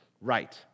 Right